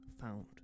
found